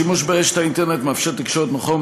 השימוש באינטרנט מאפשר תקשורת נוחה,